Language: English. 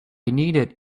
needed